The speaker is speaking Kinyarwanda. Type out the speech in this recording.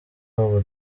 ubu